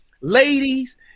ladies